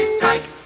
Strike